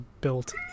built